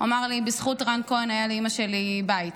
הוא אמר לי: בזכות רן כהן היה לאימא שלי בית.